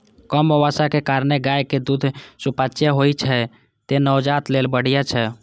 कम बसा के कारणें गायक दूध सुपाच्य होइ छै, तें नवजात लेल बढ़िया छै